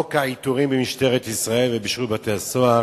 חוק העיטורים במשטרת ישראל ובשירות בתי-הסוהר